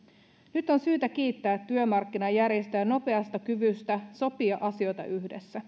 nyt on syytä kiittää työmarkkinajärjestöjä nopeasta kyvystä sopia asioita yhdessä suomessa